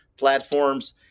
platforms